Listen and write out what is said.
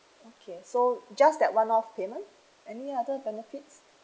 okay so just that one off payment any other benefits